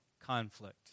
conflict